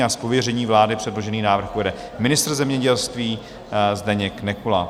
Z pověření vlády předložený návrh uvede ministr zemědělství Zdeněk Nekula.